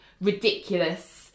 ridiculous